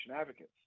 advocates